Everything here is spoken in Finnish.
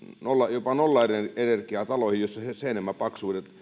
jopa nollaenergiataloihin joissa seinämäpaksuudet